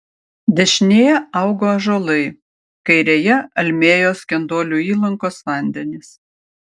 dešinėje augo ąžuolai kairėje almėjo skenduolių įlankos vandenys